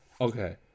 Okay